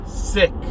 sick